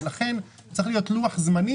לכן צריך להיות לוח זמנים,